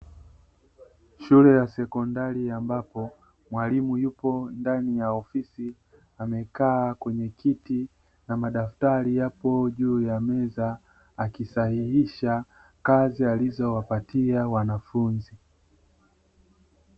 Shule ya sekondari, ambapo mwalimu yupo ndani ya ofisi amekaa kwenye kiti na madaftari yapo juu ya meza, akisahihisha kazi alizowapatia wanafunzi.